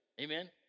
Amen